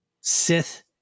Sith